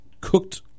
cooked